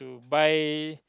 buy